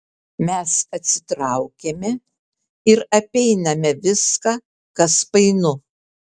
mes atsitraukiame ir apeiname viską kas painu